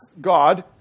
God